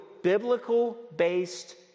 biblical-based